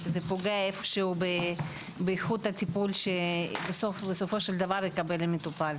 זה פוגע באיכות הטיפול שבסופו של דבר יקבל המטופל.